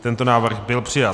Tento návrh byl přijat.